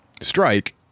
strike